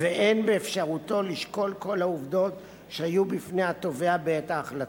ואין באפשרותו לשקול כל העובדות שהיו בפני התובע בעת ההחלטה.